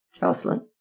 Jocelyn